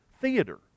theater